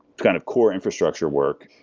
kind of core infrastructure work.